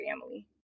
family